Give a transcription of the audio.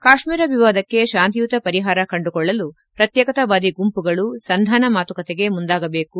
ಕಾಶ್ವೀರ ವಿವಾದಕ್ಕೆ ಶಾಂತಿಯುತ ಪರಿಹಾರ ಕಂಡುಕೊಳ್ಳುಲು ಪ್ರತ್ಯೇಕತಾವಾದಿ ಗುಂಪುಗಳು ಸಂಧಾನ ಮಾತುಕತೆಗೆ ಮುಂದಾಗಬೇಕು